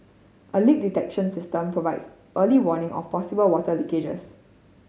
a leak detection system provides early warning of possible water leakages